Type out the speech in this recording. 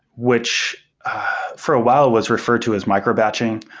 which for a while was referred to as micro-batching,